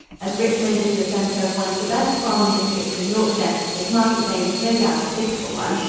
as richmond is the center of one of the best farming districts in yorkshire, its market day was no doubt a typical one.